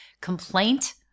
complaint